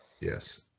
yes